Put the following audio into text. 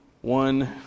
One